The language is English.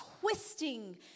twisting